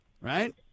Right